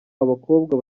abakobwa